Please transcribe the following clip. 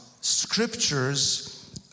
scriptures